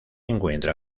encuentra